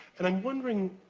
and i'm wondering,